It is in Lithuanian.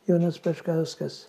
jonas peškauskas